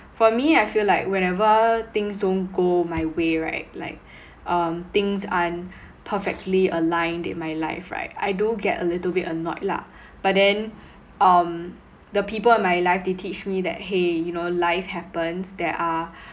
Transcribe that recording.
for me I feel like whenever things don't go my way right like um things aren't perfectly aligned in my life right I do get a little bit annoyed lah but then um the people in my life they teach me that !hey! you know life happens there are